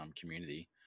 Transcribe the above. community